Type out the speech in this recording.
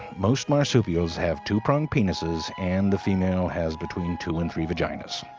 most marsupials have two prong penises and the female has between two and three vaginas.